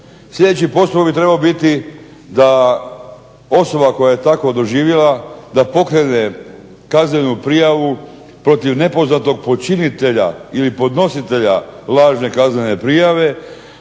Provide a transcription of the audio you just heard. Sljedeći posao bi trebao biti da osoba koja je tako doživjela da pokrene kaznenu prijavu protiv nepoznatog počinitelja ili podnositelja lažne kaznene prijave